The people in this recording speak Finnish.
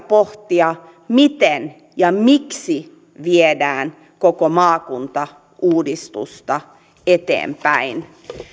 pohtia miten ja miksi viedään koko maakuntauudistusta eteenpäin